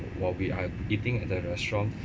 while we are eating at the restaurant